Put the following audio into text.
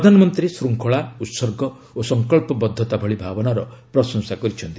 ପ୍ରଧାନମନ୍ତ୍ରୀ ଶୃଙ୍ଖଳା ଉତ୍ସର୍ଗ ଓ ସଂକ୍ସବଦ୍ଧତା ଭଳି ଭାବନାର ପ୍ରଶଂସା କରିଛନ୍ତି